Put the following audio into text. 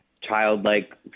childlike